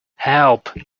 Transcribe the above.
help